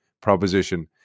proposition